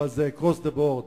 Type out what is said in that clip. אבל זה across the board,